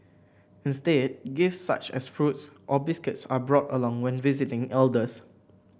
instead gifts such as fruits or biscuits are brought along when visiting elders